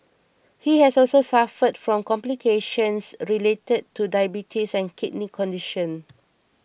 he had also suffered from complications related to diabetes and a kidney condition